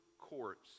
courts